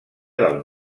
del